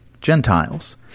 Gentiles